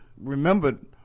remembered